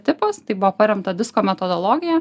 tipas tai buvo paremta disko metodologija